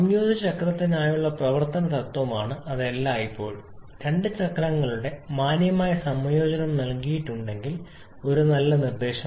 സംയോജിത ചക്രത്തിനായുള്ള പ്രവർത്തന തത്വമാണ് അത് എല്ലായ്പ്പോഴും രണ്ട് ചക്രങ്ങളുടെ മാന്യമായ സംയോജനം നൽകിയിട്ടുണ്ടെങ്കിൽ ഒരു നല്ല നിർദ്ദേശം